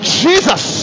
jesus